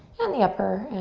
and the upper